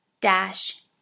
dash